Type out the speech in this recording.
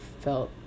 felt